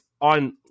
on